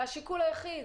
זה השיקול היחיד,